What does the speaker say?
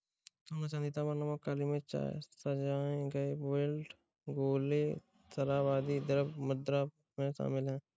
सोना, चांदी, तांबा, नमक, काली मिर्च, चाय, सजाए गए बेल्ट, गोले, शराब, आदि द्रव्य मुद्रा में शामिल हैं